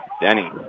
Denny